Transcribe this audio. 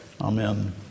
Amen